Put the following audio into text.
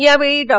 यावेळी डॉ